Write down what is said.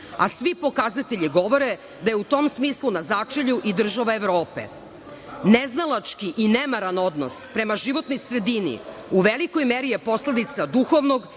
a svi pokazatelji govore da je u tom smislu na začelju i država Evrope. Neznalački i nemaran odnos prema životnoj sredini u velikoj meri je posledica duhovnog